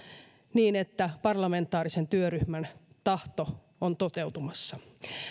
niin että parlamentaarisen työryhmän tahto on toteutumassa